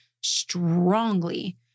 strongly